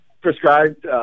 prescribed